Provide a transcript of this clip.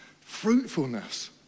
Fruitfulness